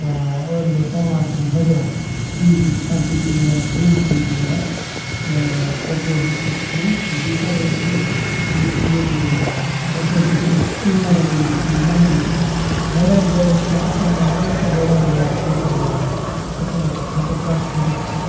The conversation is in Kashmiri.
ٲلوٕ ٹماٹر واریاہ چیٖز چھِ ییٚتہِ سبزی چھِ نیران فروٗٹ چھِ ییٚتہِ نیران تہٕ کۄپوور ڈِسٹرکَس منٛز تہٕ بیٚیہِ کَرو أسۍ یہِ یُس یِم کۄپوور ڈِسٹرک اٮ۪نوارَمٮ۪نٛٹٕچ یِم ماحول چھِ واریاہَن جایَن چھِ اَصٕل ماحول تہٕ واریاہَن جایَن چھِ مُکُر ماحول اِتھ کٔنۍ أسۍ ہٮ۪کو کَتھ کٔرِتھ کہ